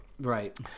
Right